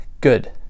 good